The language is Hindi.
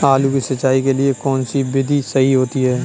आलू की सिंचाई के लिए कौन सी विधि सही होती है?